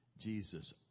Jesus